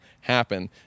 happen